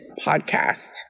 podcast